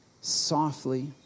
softly